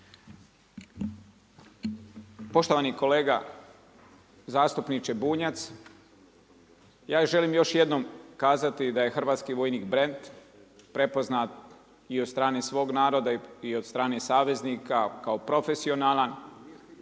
Poštovani kolega zastupniče Bunjac. Ja želim još jednom kazati da je Hrvatski vojnik brend prepoznat i od strane svog naroda i od strane saveznika kao profesionalan